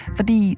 Fordi